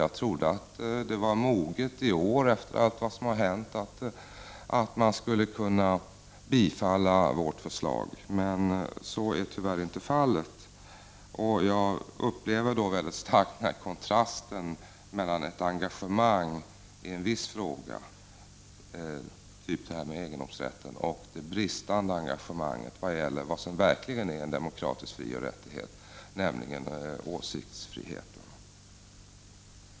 Jag trodde att tiden var mogen i år, efter allt vad som hänt, och att man skulle kunna bifalla vårt förslag. Så är tyvärr inte fallet. Jag upplever starkt kontrasten mellan engagemanget i en viss fråga, t.ex. egendomsrätten, och det bristande engagemanget för vad som verkligen är en demokratisk frioch rättighet, nämligen åsiktsfriheten.